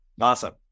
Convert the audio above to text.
Awesome